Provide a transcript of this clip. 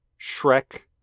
Shrek